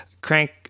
crank